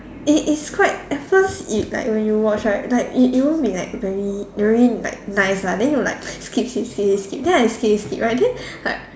it is quite at first it like when you watch right like it it won't be very very like nice lah then you like skip skip skip skip skip then I skip skip skip right then like